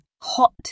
hot